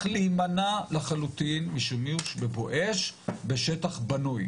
להימנע לחלוטין משימוש ב"בואש" בשטח בנוי.